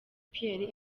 pierre